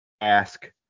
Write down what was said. Ask